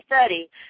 study